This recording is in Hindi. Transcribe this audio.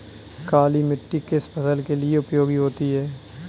काली मिट्टी किस फसल के लिए उपयोगी होती है?